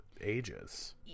ages